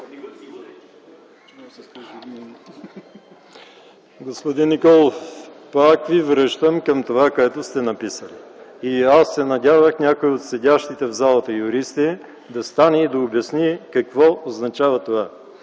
Господин Николов, пак Ви връщам към това, което сте написали. Аз се надявах някой от седящите в залата юристи да стане и да обясни какво означава това: